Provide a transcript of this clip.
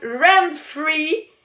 rent-free